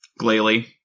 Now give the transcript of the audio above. Glalie